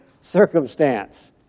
circumstance